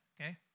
okay